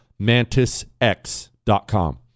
MantisX.com